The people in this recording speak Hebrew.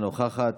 אינה נוכחת,